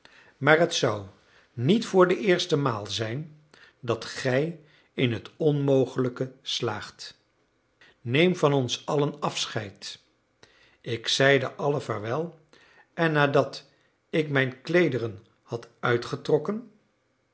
maar het zou niet voor de eerste maal zijn dat gij in het onmogelijke slaagdet neem van ons allen afscheid ik zeide allen vaarwel en nadat ik mijn kleederen had uitgetrokken